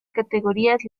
categorías